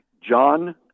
John